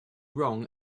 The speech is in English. wrong